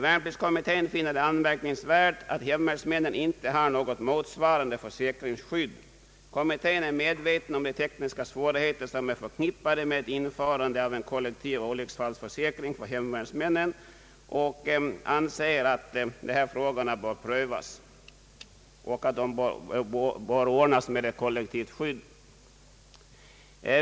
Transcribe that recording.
Värnpliktskommittén finner det anmärkningsvärt att hemvärnsmännen inte har motsvarande försäkringsskydd. Kommittén är medveten om de tekniska svårigheter som är förknippade med införande av en kollektiv olycksfallsförsäkring för hemvärnsmännen och anser att dessa frågor bör prövas samt att det bör ordnas ett kollektivt skydd.